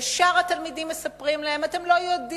וישר התלמידים מספרים להם: אתם לא יודעים,